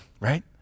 right